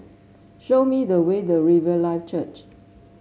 show me the way to Riverlife Church